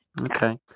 Okay